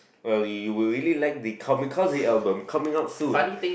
well you'll really like the comic cosy album coming out soon